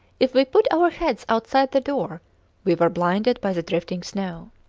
if we put our heads outside the door we were blinded by the drifting snow.